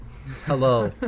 Hello